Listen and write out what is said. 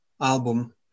album